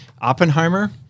Oppenheimer